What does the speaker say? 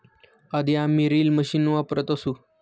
आधी आम्ही reel machine वापरत असू